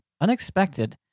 unexpected